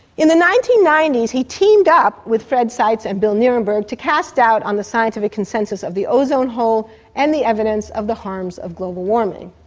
in the nineteen ninety s he teamed up with fred seitz and bill nierenberg to cast doubt on the scientific consensus of the ozone hole and the evidence of the harms of global warming.